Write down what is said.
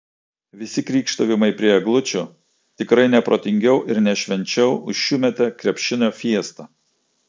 visi krykštavimai prie eglučių tikrai ne protingiau ir ne švenčiau už šiųmetę krepšinio fiestą